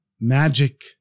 magic